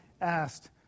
asked